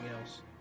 else